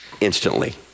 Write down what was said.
instantly